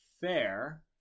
fair